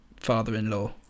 father-in-law